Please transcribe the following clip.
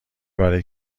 برای